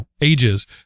ages